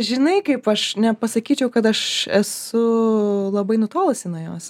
žinai kaip aš nepasakyčiau kad aš esu labai nutolusi nuo jos